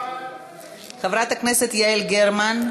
בעד יעל גרמן,